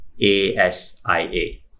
A-S-I-A